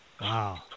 Wow